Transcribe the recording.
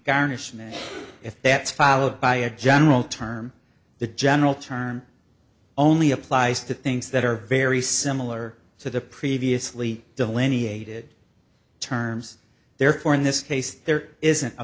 garnishment if that's followed by a general term the general term only applies to things that are very similar to the previously delineated terms therefore in this case there isn't a